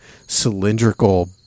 cylindrical